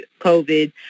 COVID